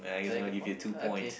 so I get the point okay